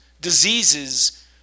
diseases